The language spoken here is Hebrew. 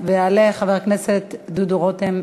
יעלה חבר הכנסת דוד רותם.